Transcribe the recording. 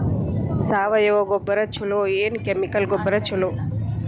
ಸಾವಯವ ಗೊಬ್ಬರ ಛಲೋ ಏನ್ ಕೆಮಿಕಲ್ ಗೊಬ್ಬರ ಛಲೋ?